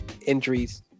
injuries